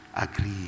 Agree